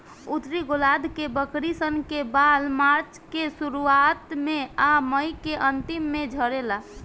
उत्तरी गोलार्ध के बकरी सन के बाल मार्च के शुरुआत में आ मई के अन्तिम में झड़ेला